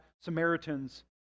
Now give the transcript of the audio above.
Samaritans